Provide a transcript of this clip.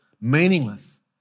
meaningless